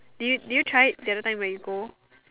did did you try it the other time when you go